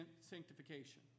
sanctification